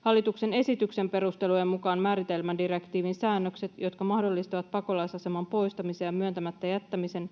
Hallituksen esityksen perustelujen mukaan määritelmädirektiivin säännökset, jotka mahdollistavat pakolaisaseman poistamisen ja myöntämättä jättämisen